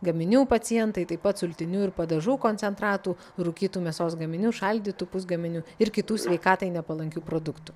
gaminių pacientai taip pat sultinių ir padažų koncentratų rūkytų mėsos gaminių šaldytų pusgaminių ir kitų sveikatai nepalankių produktų